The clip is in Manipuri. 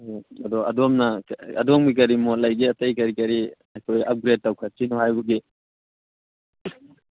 ꯑꯗꯣ ꯑꯗꯣꯝꯅ ꯑꯗꯣꯝꯒꯤ ꯀꯔꯤ ꯃꯣꯠ ꯂꯩꯕꯒꯦ ꯑꯇꯩ ꯀꯔꯤ ꯀꯔꯤ ꯑꯩꯈꯣꯏ ꯑꯄꯒ꯭ꯔꯦꯗ ꯇꯧꯈꯠꯁꯤꯅꯣ ꯍꯥꯏꯕꯒꯤ